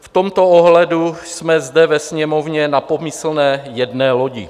V tomto ohledu jsme zde ve Sněmovně na pomyslné jedné lodi.